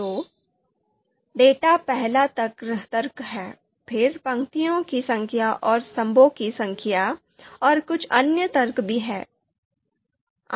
तो डेटा पहला तर्क है फिर पंक्तियों की संख्या और स्तंभों की संख्या और कुछ अन्य तर्क भी हैं